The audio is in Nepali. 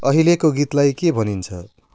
अहिलेको गीतलाई के भनिन्छ